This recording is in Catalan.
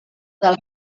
del